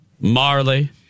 Marley